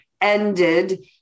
ended